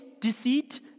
deceit